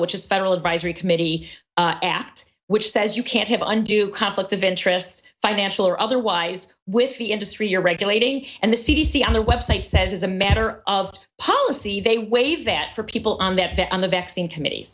which is a federal advisory committee act which says you can't have undue conflict of interest financial or otherwise with the industry you're regulating and the c d c on their website says as a matter of policy they waive that for people on that on the vaccine committee